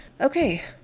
Okay